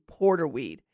porterweed